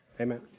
Amen